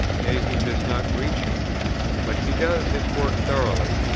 nay he does not reach it but he does his work thoroughly,